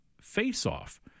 face-off